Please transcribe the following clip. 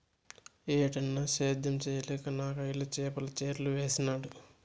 ఏటన్నా, సేద్యం చేయలేక నాకయ్యల చేపల చెర్లు వేసినాడ